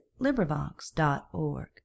LibriVox.org